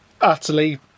utterly